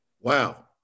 Wow